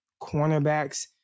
cornerbacks